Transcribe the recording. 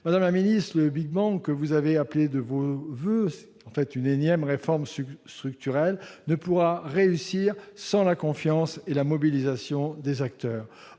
Madame la ministre, le big-bang que vous avez appelé de vos voeux, en fait une énième réforme structurelle, ne pourra réussir sans la confiance et la mobilisation des acteurs.